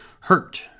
hurt